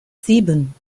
sieben